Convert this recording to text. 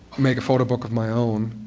make a photo book of my own,